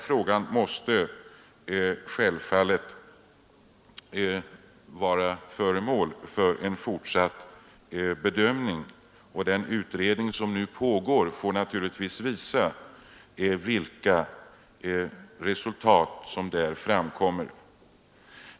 Frågan måste självfallet bli föremål för fortsatt bedömning, och den utredning som nu pågår får visa vilka resultat som framkommer.